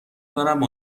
کنم